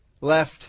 left